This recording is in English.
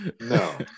No